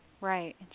Right